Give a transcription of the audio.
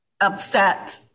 upset